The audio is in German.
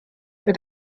für